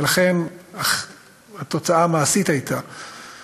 ולכן התוצאה המעשית הייתה